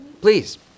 Please